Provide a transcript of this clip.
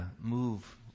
move